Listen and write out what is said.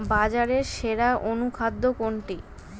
বাজারে সেরা অনুখাদ্য কোনটি?